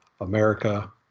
America